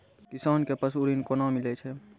किसान कऽ पसु ऋण कोना मिलै छै?